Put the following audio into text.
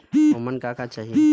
ओमन का का चाही?